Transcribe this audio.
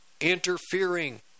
interfering